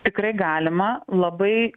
tikrai galima labai